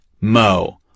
Mo